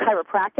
chiropractic